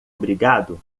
obrigado